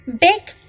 Big